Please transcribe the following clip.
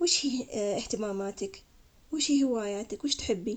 ويش هي اهتماماتك؟ وش هي هواياتك؟ وش تحبي؟